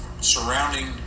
surrounding